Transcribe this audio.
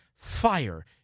Fire